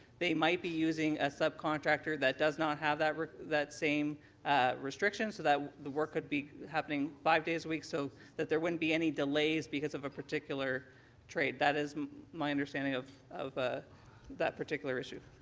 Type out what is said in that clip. they might be using a subcontractor that does not have that that same restriction so that the work could be happening five days a week so that there wouldn't be any delays because of a particular trade. that is my understanding of of ah that particular issue.